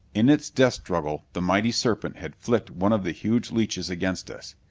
in its death struggle the mighty serpent had flicked one of the huge leeches against us.